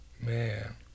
Man